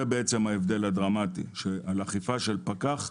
זה ההבדל הדרמטי, שעל אכיפה של פקח,